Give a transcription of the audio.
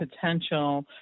potential